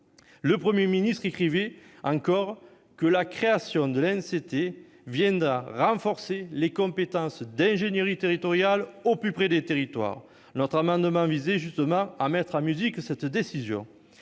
le Premier ministre écrivait encore que « la création de l'ANCT viendra [...] renforcer les compétences d'ingénierie territoriale au plus près des territoires ». Notre amendement visait justement à mettre en musique cette décision.